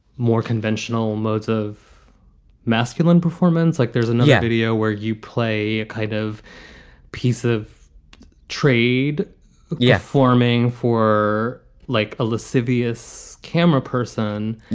more conventional modes of masculine performance, like there's a new video where you play a kind of piece of trade yeah forming for like a lascivious camera person. yeah.